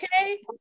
okay